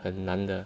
很难得:hen nande